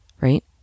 right